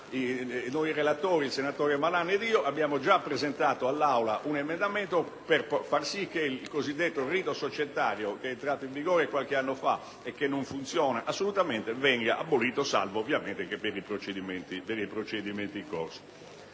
noi relatori, il senatore Malan ed io, abbiamo presentato all'Assemblea un emendamento per far sì che il cosiddetto rito societario, che è entrato in vigore qualche anno fa e che non funziona assolutamente, venga abolito, salvo ovviamente che per i procedimenti in corso.